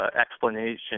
explanation